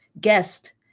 guest